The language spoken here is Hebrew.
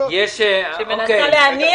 שמנסה להניע?